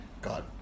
God